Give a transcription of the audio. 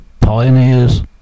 Pioneers